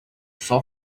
sol